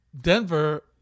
Denver